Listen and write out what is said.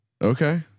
Okay